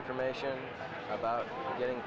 information about getting